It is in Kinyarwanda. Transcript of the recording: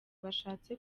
bashatse